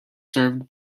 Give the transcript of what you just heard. served